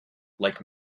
like